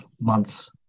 months